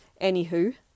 Anywho